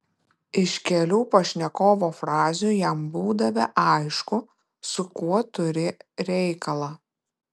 iš kelių pašnekovo frazių jam būdavę aišku su kuo turi reikalą